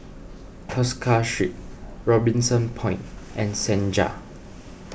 Tosca Street Robinson Point and Senja